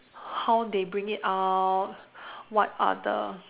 how they bring it out what are the